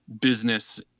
business